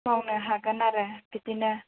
मावनो हागोन आरो बिदिनो